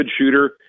shooter